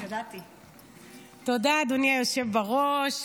תודה, אדוני היושב בראש.